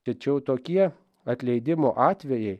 tačiau tokie atleidimo atvejai